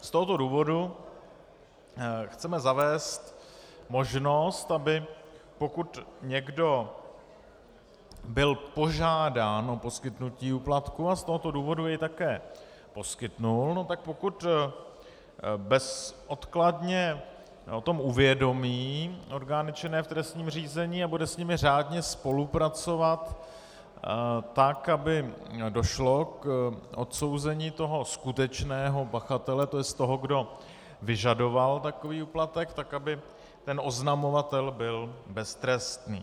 Z tohoto důvodu chceme zavést možnost, aby pokud někdo byl požádán o poskytnutí úplatku a z tohoto důvodu jej také poskytl, tak pokud bezodkladně o tom uvědomí orgány činné v trestním řízení a bude s nimi řádně spolupracovat tak, aby došlo k odsouzení skutečného pachatele, to jest toho, kdo vyžadoval takový úplatek, tak aby oznamovatel byl beztrestný.